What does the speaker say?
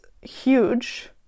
huge